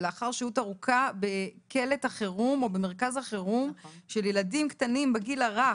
לאחר שהות ארוכה בקלט החירום או במרכז החירום של ילדים קטנים בגיל הרך.